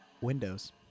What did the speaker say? windows